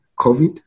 COVID